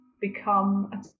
become